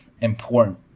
important